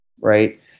right